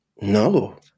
No